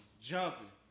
jumping